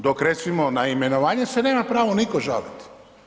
Dok recimo na imenovanje se nema pravo nitko žaliti.